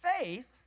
faith